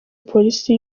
polisi